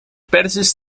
perzisch